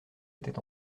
était